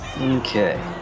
Okay